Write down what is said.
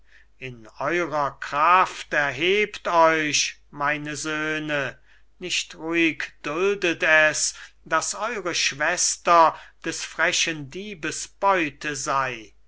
in eurer kraft erhebt euch meine söhne nicht ruhig duldet es daß eure schwester des frechen diebes beute sei ergreift